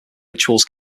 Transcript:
rituals